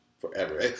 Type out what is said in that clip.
forever